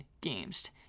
games